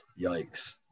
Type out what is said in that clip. Yikes